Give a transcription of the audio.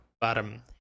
bottom